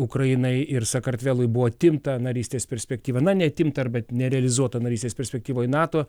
ukrainai ir sakartvelui buvo atimta narystės perspektyva na neatimta arba nerealizuota narystės perspektyvai nato